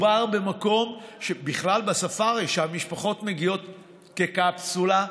מדובר במקום שהמשפחות מגיעות אליו כקפסולה.